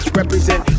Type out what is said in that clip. represent